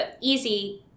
easy